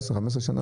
14, 15 שנה?